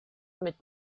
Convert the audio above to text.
mit